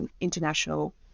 international